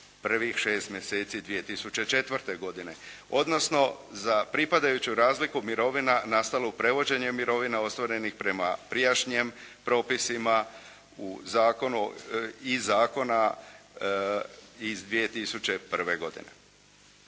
prvih šest mjeseci 2004. godine, odnosno za pripadajuću razliku mirovina nastalu u prevođenju mirovina ostvarenih prema prijašnjim propisima iz zakona iz 2001. godine.